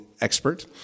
expert